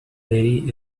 lady